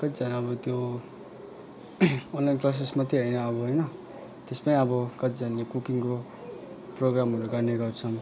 कतिजना अब त्यो अनलाइन क्लासेस मात्रै होइन अब होइन त्यसमै अब कतिजनाले कुकिङको प्रोग्रामहरू गर्ने गर्छन्